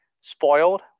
spoiled